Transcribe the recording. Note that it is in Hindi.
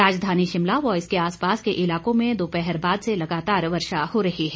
राजधानी शिमला व इसके आसपास के इलाकों में दोपहर बाद से लगातार वर्षा हो रही है